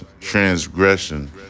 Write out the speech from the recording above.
transgression